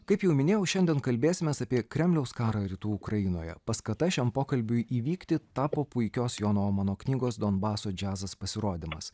kaip jau minėjau šiandien kalbėsimės apie kremliaus karą rytų ukrainoje paskata šiam pokalbiui įvykti tapo puikios jono omano knygos donbaso džiazas pasirodymas